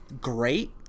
great